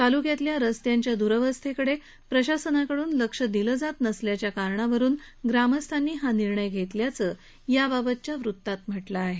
तालुक्यातल्या रस्त्यांच्या दुरवस्थेकडे प्रशासनाकडून लक्ष दिलं जात नसल्याच्या कारणावरून ग्रामस्थांनी हा निर्णय घेतल्याचं याबाबतच्या वृतात म्हटलं आहे